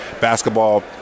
basketball